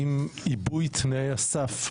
האם עיבוי תנאי הסף,